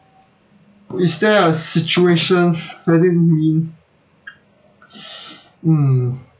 is there a situation I didn't mean mm